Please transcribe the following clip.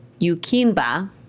yukinba